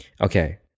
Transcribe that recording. okay